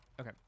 Okay